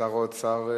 שר האוצר,